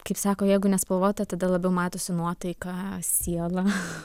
kaip sako jeigu nespalvota tada labiau matosi nuotaika siela